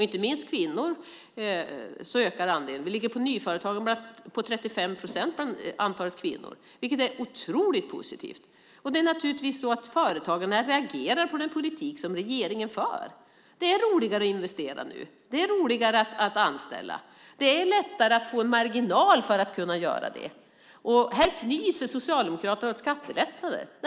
Inte minst andelen kvinnor bland nyföretagarna ökar och är nu 35 procent, vilket är otroligt positivt. Det är naturligtvis så att företagarna reagerar på den politik som regeringen för. Det är roligare att investera nu. Det är roligare att anställa. Det är lättare att få en marginal för att kunna göra det. Här fnyser Socialdemokraterna åt skattelättnader.